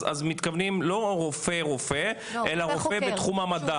מתכוונים לא רופא רופא אלא רופא בתחום המדע.